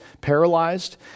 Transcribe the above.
paralyzed